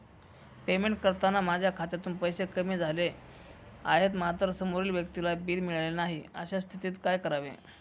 Payment करताना माझ्या खात्यातून पैसे कमी तर झाले आहेत मात्र समोरील व्यक्तीला बिल मिळालेले नाही, अशा स्थितीत काय करावे?